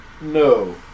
No